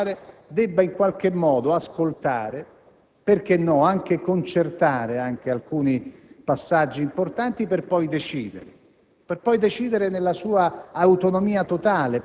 proporre un dibattito culturale per valutare se l'attività del legislatore nel nostro Paese su queste materie, sulla giustizia in particolare, debba